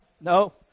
No